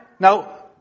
Now